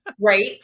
right